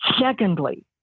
Secondly